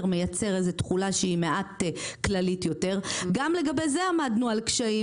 מייצר תחולה שהיא מעט כללית יותר גם לגבי זה עמדנו על קשיים.